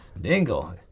Dingle